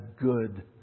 good